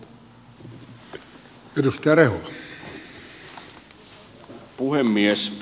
arvoisa herra puhemies